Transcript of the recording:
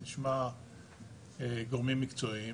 נשמע גורמים מקצועיים,